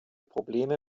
probleme